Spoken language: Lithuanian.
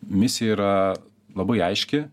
misija yra labai aiški